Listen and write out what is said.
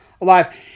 alive